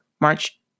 March